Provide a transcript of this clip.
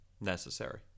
Necessary